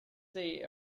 see